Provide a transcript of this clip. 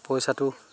পইচাটো